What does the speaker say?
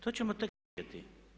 T ćemo tek vidjeti.